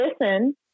listen